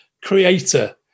creator